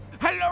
Hello